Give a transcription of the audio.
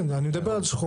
כן, אני מדבר על שכול.